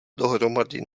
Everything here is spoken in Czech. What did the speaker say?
dohromady